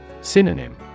Synonym